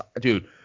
Dude